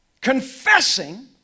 Confessing